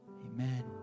Amen